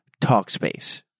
Talkspace